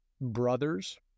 brothers